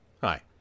Hi